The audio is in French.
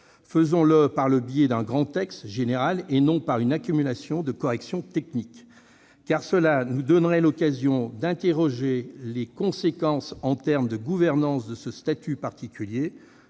dans le cadre d'un grand texte général, et non par une accumulation de corrections techniques ! Cela nous donnerait l'occasion de nous interroger sur les conséquences en termes de gouvernance de ce statut particulier